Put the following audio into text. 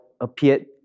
appeared